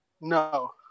No